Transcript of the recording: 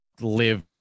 live